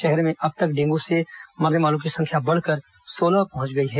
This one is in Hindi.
शहर में अब तक डेंगू से मरने वालों की संख्या बढ़कर सोलह पहुंच गई है